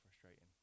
frustrating